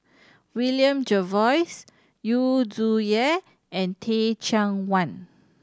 William Jervois Yu Zhuye and Teh Cheang Wan